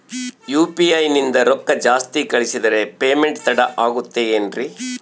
UPI ನಿಂದ ರೊಕ್ಕ ಜಾಸ್ತಿ ಕಳಿಸಿದರೆ ಪೇಮೆಂಟ್ ತಡ ಆಗುತ್ತದೆ ಎನ್ರಿ?